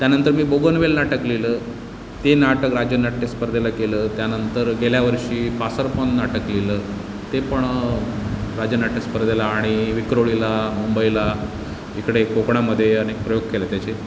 त्यानंतर मी बोगनवेल नाटक लिहिलं ते नाटक राज्यनाट्यस्पर्धेला केलं त्यानंतर गेल्या वर्षी पासरपन नाटक लिहिलं ते पण राज्यनाट्यस्पर्धेला आणि विक्रोळीला मुंबईला इकडे कोकणामध्ये अनेक प्रयोग केले त्याचे